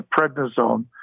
prednisone